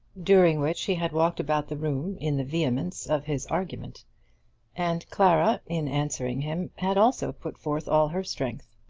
during which he had walked about the room in the vehemence of his argument and clara, in answering him, had also put forth all her strength.